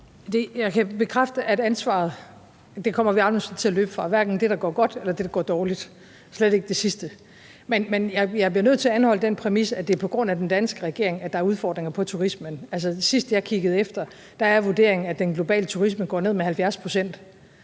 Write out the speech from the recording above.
kommer vi aldrig nogen sinde til at løbe fra, hverken i forhold til det, der går godt, eller det, der går dårligt – slet ikke det sidste. Men jeg bliver nødt til at anholde den præmis, at det er på grund af den danske regering, at der er udfordringer for turismen. Sidst, jeg kiggede efter, var vurderingen, at den globale turisme går ned med 70 pct.